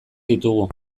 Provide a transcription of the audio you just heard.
ditugu